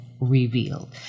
revealed